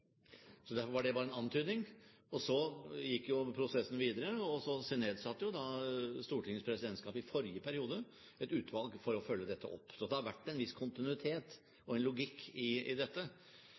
Så gikk prosessen videre, og Stortingets presidentskap nedsatte i forrige periode et utvalg for å følge dette opp. Så det har vært en viss kontinuitet og en logikk i dette.